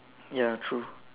ya true